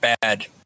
bad